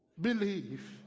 believe